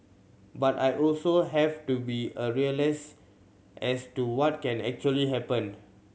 but I also have to be a realist as to what can actually happened